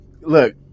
look